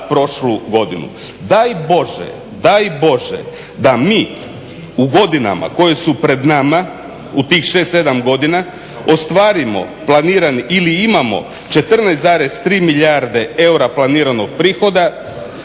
Daj Bože da mi u godinama koje su pred nama, u tih 6-7 godina ostvarimo planiran ili imamo 14,3 milijarde eura planiranog prihoda,